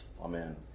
Amen